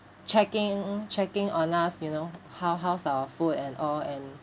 checking checking on us you know how how's our food and all and